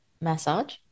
massage